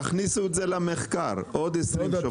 תכניסו את זה למחקר, עוד 20 שופטים.